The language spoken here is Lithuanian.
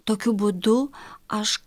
tokiu būdu aš